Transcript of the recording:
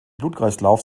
blutkreislauf